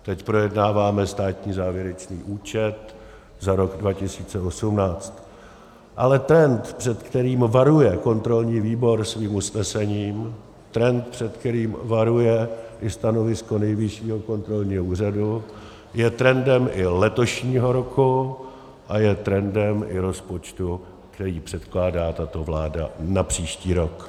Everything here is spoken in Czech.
Teď projednáváme státní závěrečný účet za rok 2018, ale trend, před kterým varuje kontrolní výbor svým usnesením, trend, před kterým varuje i stanovisko Nejvyššího kontrolního úřadu, je trendem i letošního roku a je trendem i rozpočtu, který předkládá tato vláda na příští rok.